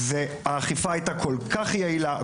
האכיפה היתה כל כך יעילה,